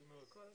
תודה רבה.